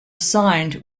signed